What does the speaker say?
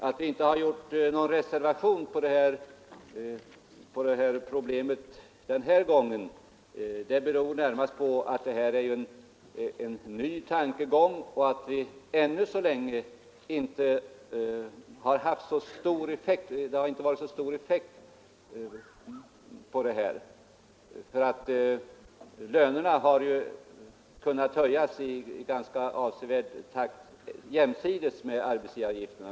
Att vi inte har avgivit någon reservation när det gäller det här problemet denna gång beror närmast på att tankegången om arbetsgivaravgift är ganska ny och att effekten av avgiften ännu inte varit stor. Lönerna har ju kunnat höjas i ganska avsevärd takt jämsides med arbetsgivaravgiften.